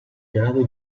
grado